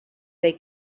they